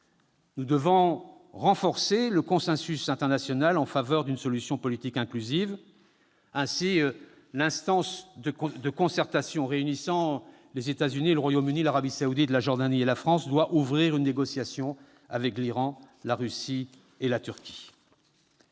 Nous devons renforcer le consensus international en faveur d'une solution politique inclusive. Ainsi, l'instance de concertation réunissant les États-Unis, le Royaume-Uni, l'Arabie saoudite, la Jordanie et la France doit ouvrir une négociation avec l'Iran, la Russie et la Turquie.